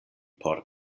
por